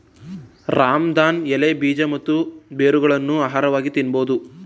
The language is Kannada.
ರಾಮದಾನ್ ಎಲೆ, ಬೀಜ ಮತ್ತು ಬೇರುಗಳನ್ನು ಆಹಾರವಾಗಿ ತಿನ್ನಬೋದು